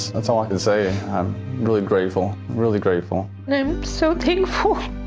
that's all i can say, i'm really grateful, really grateful. i'm so thankful.